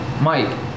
Mike